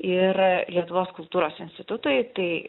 ir lietuvos kultūros institutui tai